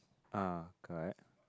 ah correct